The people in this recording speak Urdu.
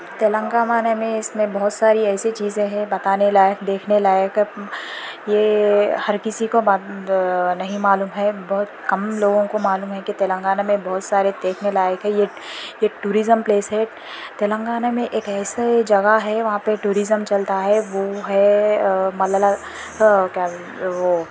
تلنگانہ میں اس میں بہت سی ایسی چیزیں ہیں بتانے لائق دیکھنے لائق یہ ہر کسی کو بند نہیں معلوم ہے بہت کم لوگوں کو معلوم ہے کہ تلنگانہ میں بہت سارے دیکھنے لائق ہے یہ یہ ٹوریزم پلیس ہے تلنگانہ میں ایک ایسے جگہ ہے وہاں پہ ٹوریزم چلتا ہے وہ ہے مللا کیا بول وہ